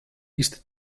ist